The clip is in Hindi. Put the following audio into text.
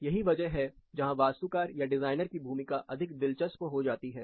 यह वह जगह है जहां वास्तुकार या डिजाइनर की भूमिका अधिक दिलचस्प हो जाती है